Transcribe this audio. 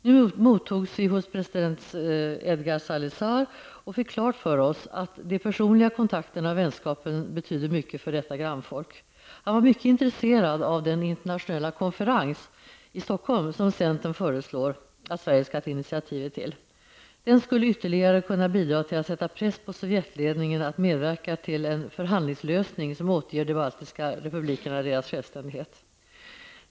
Nu mottogs vi hos president Edgar Salisaar och fick klart för oss att de personliga kontakterna och vänskapen betyder mycket för detta grannfolk. Man var mycket intresserad av den internationella konferens i Stockholm som centern föreslår att Sverige skall ta initiativ till. Den skulle ytterligare kunna bidra till att sätta press på Sovjetledningen att medverka till en förhandlingslösning, som återger de baltiska republikerna deras självständighet.